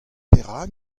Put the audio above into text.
perak